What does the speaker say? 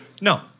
No